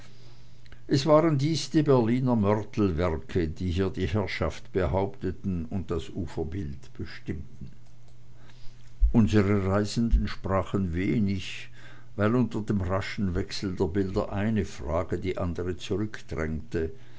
es waren dies die berliner mörtelwerke die hier die herrschaft behaupteten und das uferbild bestimmten unsre reisenden sprachen wenig weil unter dem raschen wechsel der bilder eine frage die andre zurückdrängte